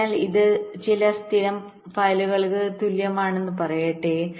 അതിനാൽ ഇത് ചില സ്ഥിരം പറയലുകൾക്ക് തുല്യമാണെന്ന് പറയട്ടെ